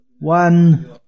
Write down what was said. One